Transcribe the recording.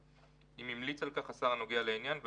אם המליץ על כך השר הנוגע לעניין,